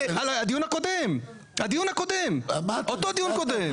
הדיון הקודם, הדיון הקודם אותו דיון קודם.